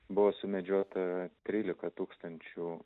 buvo sumedžiota trylika tūkstančių